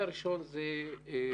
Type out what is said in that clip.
לאזרח: